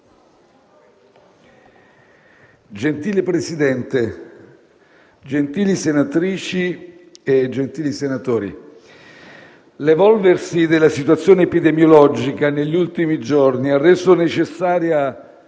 Gentile Presidente, gentili senatrici e gentili senatori, l'evolversi della situazione epidemiologica negli ultimi giorni ha reso necessaria